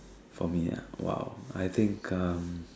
for me ah !wow! I think um